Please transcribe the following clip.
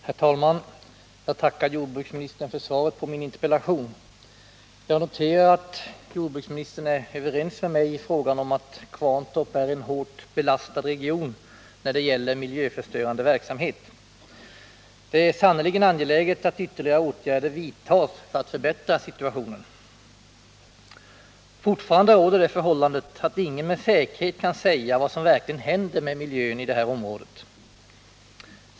Herr talman! Jag tackar jordbruksministern för svaret på min interpellation. Jag noterar att jordbruksministern är överens med mig om att Kvarntorpsområdet är en hårt belastad region när det gäller miljöförstörande verksamhet. Det är synnerligen angeläget att ytterligare åtgärder vidtas för att förbättra situationen. Fortfarande råder det förhållandet att ingen med säkerhet kan säga vad som verkligen händer med miljön i det här området.